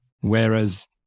Whereas